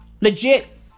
Legit